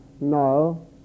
no